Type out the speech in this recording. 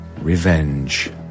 Revenge